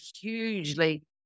hugely